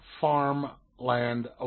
farmland